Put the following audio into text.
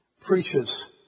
preaches